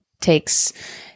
takes